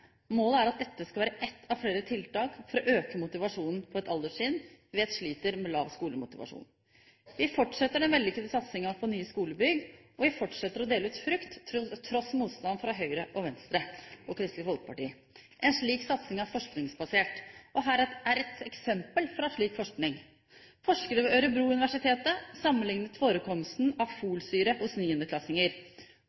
Målet er at dette skal være et av flere tiltak for å øke motivasjonen på et alderstrinn vi vet sliter med lav skolemotivasjon. Vi fortsetter den vellykkede satsingen på nye skolebygg. Og vi fortsetter å dele ut frukt, tross motstand fra Høyre, Venstre og Kristelig Folkeparti. En slik satsing er forskningsbasert. Her er et eksempel fra slik forskning: Forskere ved Örebro universitet sammenliknet forekomsten av